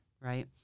right